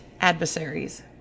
adversaries